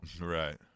Right